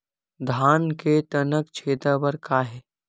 धान के तनक छेदा बर का हे?